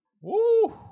Woo